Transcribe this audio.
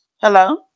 Hello